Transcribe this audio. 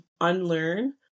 unlearn